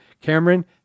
Cameron